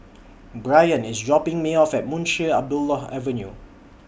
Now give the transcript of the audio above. Bryan IS dropping Me off At Munshi Abdullah Avenue